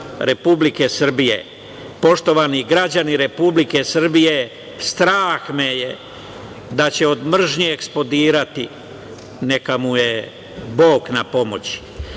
Republike Srbije. Poštovani građani Republike Srbije, strah me je da će od mržnje eksplodirati. Neka mu je Bog na pomoći. Goran